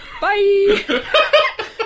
Bye